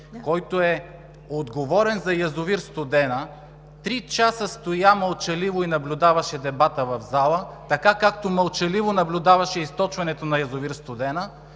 който е отговорен за язовир „Студена“, три часа стоя мълчаливо и наблюдаваше дебата в залата, както мълчаливо наблюдаваше източването на язовир „Студена“,